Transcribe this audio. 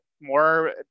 More